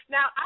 Now